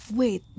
wait